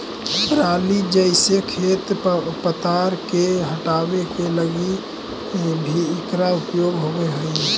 पराली जईसे खेप तवार के हटावे के लगी भी इकरा उपयोग होवऽ हई